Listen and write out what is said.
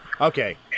okay